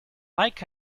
like